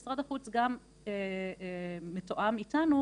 ומשרד החוץ גם מתואם איתנו,